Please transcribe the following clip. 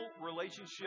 relationship